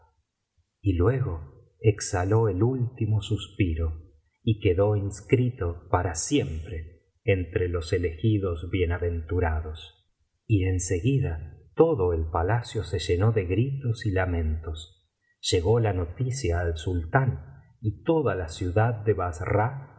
y luego exhaló el último suspiro y quedó inscrito para siempre entre los elegidos bienaventurados y en seguida todo el palacio se llenó de gritos y lamentos llegó la noticia al sultán y toda la ciudad de basara